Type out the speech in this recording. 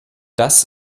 das